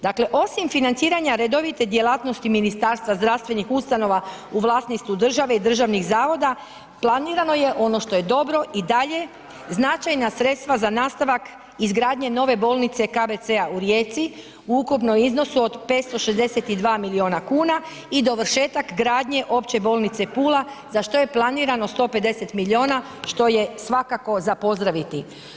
Dakle, osim financiranja redovite djelatnosti ministarstva zdravstvenih ustanova u vlasništvu države i državnih zavoda, planirano je, ono što je dobro i dalje značajna sredstva za nastavak izgradnje nove bolnice KBC-a u Rijeci u ukupnom iznosu od 562 milijuna kuna i dovršetak gradnje Opće bolnice Pula za što je planirano 150 milijuna što je svakako za pozdraviti.